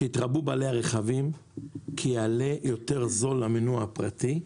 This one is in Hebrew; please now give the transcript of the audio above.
שיתרבו בעלי הרכבים כי יעלה יותר זול למינוע הפרטי,